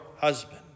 husband